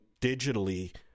digitally